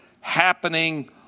happening